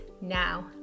Now